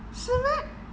是 meh